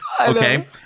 Okay